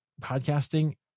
podcasting